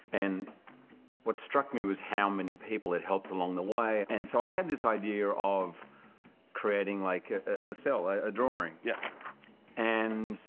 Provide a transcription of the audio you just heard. and what struck me was how many people had helped along the way. and so i had this idea of creating like a cell, a drawing. yeah and